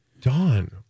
Dawn